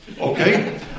okay